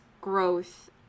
growth